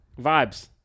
Vibes